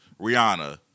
Rihanna